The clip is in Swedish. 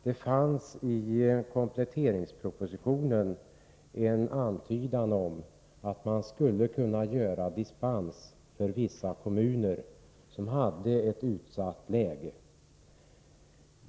Det fanns i kompletteringspropositionen en antydan om att man skulle kunna ge dispens för vissa kommuner som i det här avseendet hade ett utsatt läge.